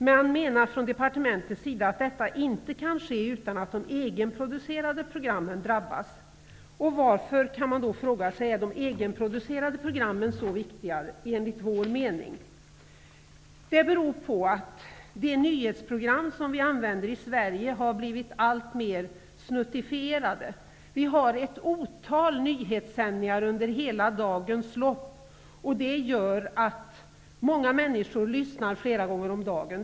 Man menar från departementets sida att detta inte kan genomföras utan att de egenproducerade programmen drabbas. Varför, kan man fråga sig, är då de egenproducerade programmen enligt vår mening så viktiga? Det beror på att de nyhetsprogram som vi har i Sverige har blivit alltmer snuttifierade. Vi har ett otal nyhetssändningar under hela dagens lopp, och det gör att många människor lyssnar på sådana flera gånger om dagen.